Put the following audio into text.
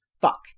fuck